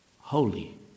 holy